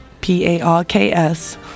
P-A-R-K-S